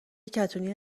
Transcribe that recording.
کتونی